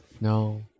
No